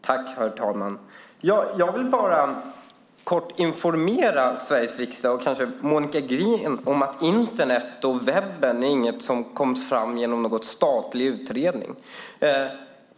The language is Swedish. Herr talman! Jag vill bara kort informera Sveriges riksdag och Monica Green om att Internet och webben inte är något som kommit fram genom en statlig utredning.